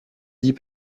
dis